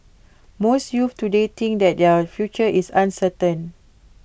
most youths today think that their future is uncertain